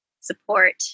support